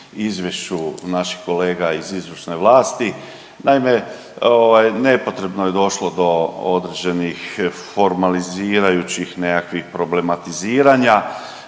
izvješću naših kolega iz izvršne vlasti. Naime, ovaj nepotrebno je došlo do određenih formalizirajućih nekakvih problematiziranja.